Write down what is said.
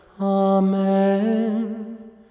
Amen